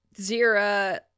Zira